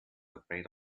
afraid